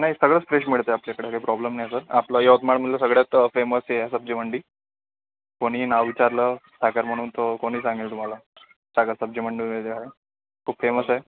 नाही सगळंच फ्रेश मिळतं आहे आपल्याकडे काही प्रॉब्लेम नाही सर आपलं यवतमाळमधलं सगळ्यातं फेमस हे आहे सब्जीमंडी कोणी नाव विचारलं सागर म्हणून तर कोणी सांगेल तुम्हाला सागर सब्जीमंडी आहे खूप फेमस आहे